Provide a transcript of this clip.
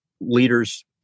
leaders